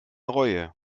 reue